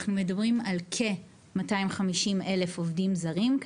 אנחנו מדברים על כ-250,000 עובדים זרים,